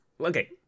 okay